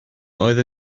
oedd